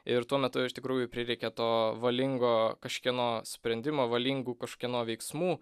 ir tuo metu iš tikrųjų prireikė to valingo kažkieno sprendimo valingų kažkieno veiksmų